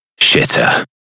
shitter